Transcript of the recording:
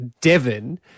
Devon